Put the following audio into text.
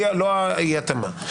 לא האי התאמה.